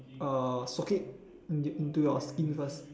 uh soak it in into your skin first